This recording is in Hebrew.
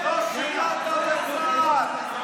לא שירת בצה"ל.